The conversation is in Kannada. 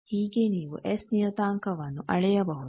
ಹೀಗೆ ನೀವು ಎಸ್ ನಿಯತಾಂಕವನ್ನು ಅಳೆಯಬಹುದು